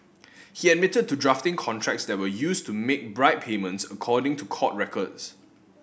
he admitted to drafting contracts that were used to make bribe payments according to court records